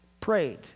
prayed